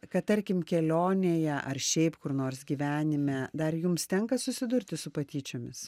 kad tarkim kelionėje ar šiaip kur nors gyvenime dar jums tenka susidurti su patyčiomis